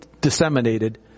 disseminated